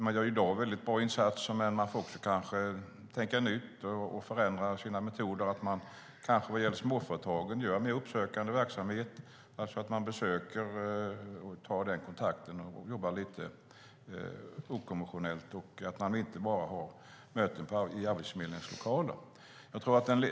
Man gör i dag bra insatser, men man får kanske också tänka nytt och förändra sina metoder. Vad gäller småföretagen behövs det måhända mer av uppsökande verksamhet, alltså att man tar kontakt, besöker företagen, jobbar lite okonventionellt och inte bara har möten i Arbetsförmedlingens lokaler.